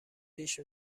پیش